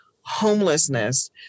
homelessness